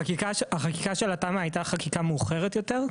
החקיקה של התמ"א הייתה חקיקה מאוחרת יותר.